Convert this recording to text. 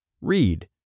Read